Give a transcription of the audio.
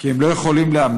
כי הם לא יכולים לאמץ,